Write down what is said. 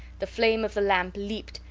the flame of the lamp leaped,